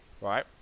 right